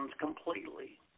completely